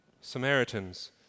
Samaritans